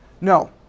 No